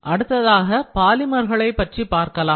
அடுத்ததாக பாலிமர்களை பற்றி பார்க்கலாம்